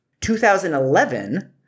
2011